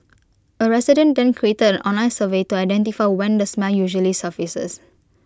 A resident then created an online survey to identify when the smell usually surfaces